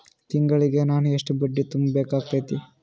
ತಿಂಗಳಿಗೆ ನಾನು ಎಷ್ಟ ಬಡ್ಡಿ ತುಂಬಾ ಬೇಕಾಗತೈತಿ?